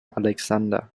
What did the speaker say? alexander